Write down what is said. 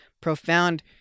profound